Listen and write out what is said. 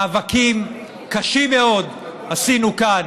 מאבקים קשים מאוד עשינו כאן